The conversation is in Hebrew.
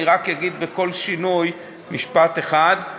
אני רק אגיד כל שינוי במשפט אחד.